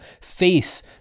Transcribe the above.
face